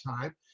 time